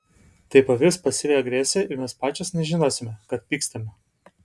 tai pavirs pasyvia agresija ir mes pačios nežinosime kad pykstame